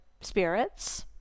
spirits